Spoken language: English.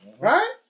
Right